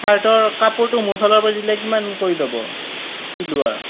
ছাৰ্টৰ কাপোৰটো মোৰ ফালৰ পৰা দিলে কিমানকৈ ল'ব চিলোৱা